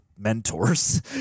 Mentors